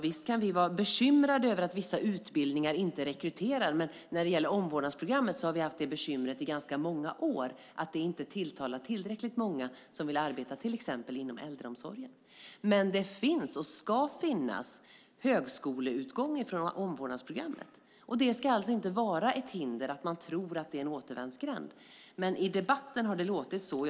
Visst kan vi vara bekymrade över att vissa utbildningar inte rekryterar. När det gäller omvårdnadsprogrammet har vi i ganska många år haft bekymret att det inte tilltalar tillräckligt många som vill arbeta till exempel inom äldreomsorgen. Men det finns och ska finnas högskoleutgångar från omvårdnadsprogrammet. Det ska inte vara ett hinder att man tror att det är en återvändsgränd. Men i debatten har det låtit som om det skulle vara så.